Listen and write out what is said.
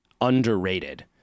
underrated